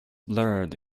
blurred